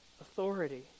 authority